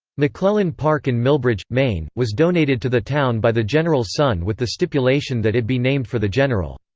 mcclellan park in milbridge, maine, was donated to the town by the general's son with the stipulation that it be named for the general.